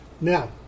Now